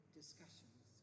discussions